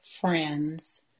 friends